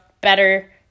better